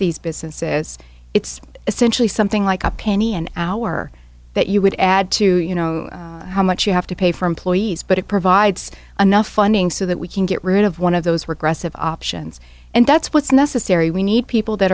these businesses it's essentially something like a penny an hour that you would add to you know how much you have to pay for employees but it provides enough funding so that we can get rid of one of those regressive options and that's what's necessary we need people that